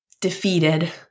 defeated